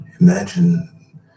Imagine